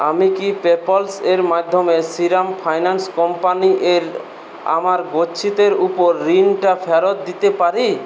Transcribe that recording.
আমি কি পেপ্যালস এর মাধ্যমে শ্রীরাম ফাইন্যান্স কোম্পানি এর আমার গচ্ছিতের উপর ঋণটা ফেরত দিতে পারি